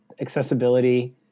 accessibility